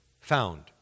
found